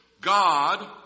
God